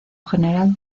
general